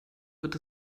wird